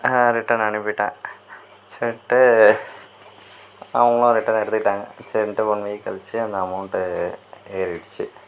return அனுப்பிவிட்டேன் சரின்ட்டு அவங்களும் ரிட்டன் எடுத்துக்கிட்டாங்க சரின்ட்டு ஒன் வீக் கழிச்சு அந்த அமௌண்ட் ஏறிடுச்சு